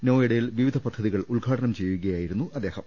നോയിഡയിൽ വിവിധ പദ്ധതികൾ ഉദ്ഘാ ടനം ചെയ്യുകയായിരുന്നു അദ്ദേഹം